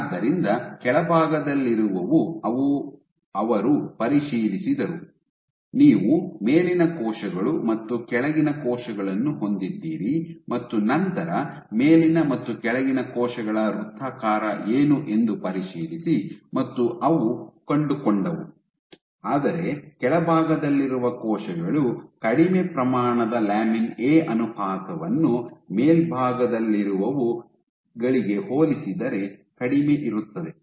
ಆದ್ದರಿಂದ ಕೆಳಭಾಗದಲ್ಲಿರುವವು ಅವರು ಪರಿಶೀಲಿಸಿದರು ನೀವು ಮೇಲಿನ ಕೋಶಗಳು ಮತ್ತು ಕೆಳಗಿನ ಕೋಶಗಳನ್ನು ಹೊಂದಿದ್ದೀರಿ ಮತ್ತು ನಂತರ ಮೇಲಿನ ಮತ್ತು ಕೆಳಗಿನ ಕೋಶಗಳ ವೃತ್ತಾಕಾರ ಏನು ಎಂದು ಪರಿಶೀಲಿಸಿ ಮತ್ತು ಅವು ಕಂಡುಕೊಂಡವು ಆದರೆ ಕೆಳಭಾಗದಲ್ಲಿರುವ ಕೋಶಗಳು ಕಡಿಮೆ ಪ್ರಮಾಣದ ಲ್ಯಾಮಿನ್ ಎ ಅನುಪಾತವನ್ನು ಮೇಲ್ಭಾಗದಲ್ಲಿರುವವು ಗಳಿಗೆ ಹೋಲಿಸಿದರೆ ಕಡಿಮೆ ಇರುತ್ತದೆ